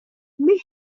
mrs